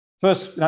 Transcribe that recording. First